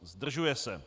Zdržuje se.